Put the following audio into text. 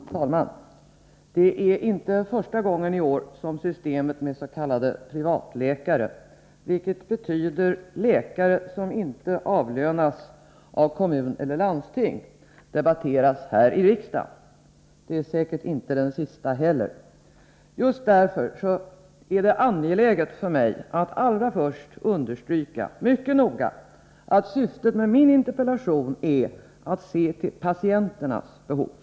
Herr talman! Det är inte första gången i år som systemet med s.k. Fredagen den privatläkare — vilket betyder läkare som inte avlönas av kommun eller & april 1984 landsting — debatteras i riksdagen. Det är säkert inte sista heller. Just därför är det för mig angeläget att allra först mycket noga understryka att syftet med min interpellation är att se till patienternas behov.